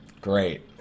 great